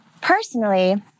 Personally